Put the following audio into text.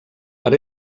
per